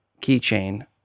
Keychain